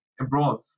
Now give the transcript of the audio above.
abroad